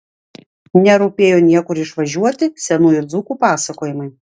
nerūpėjo niekur išvažiuoti senųjų dzūkų pasakojimai